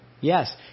Yes